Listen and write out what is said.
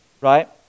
right